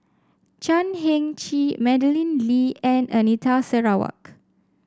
Chan Heng Chee Madeleine Lee and Anita Sarawak